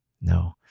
No